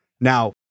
Now